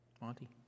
Monty